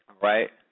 Right